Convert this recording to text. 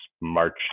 March